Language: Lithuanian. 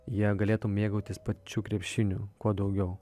jie galėtų mėgautis pačiu krepšiniu kuo daugiau